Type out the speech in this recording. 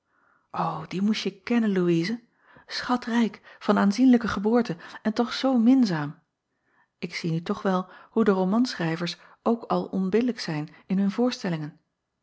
die moest je kennen ouise chatrijk van aanzienlijke geboorte en toch zoo minzaam k zie nu toch wel hoe de romanschrijvers ook al onbillijk zijn in hun voorstellingen